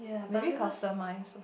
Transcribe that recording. maybe customised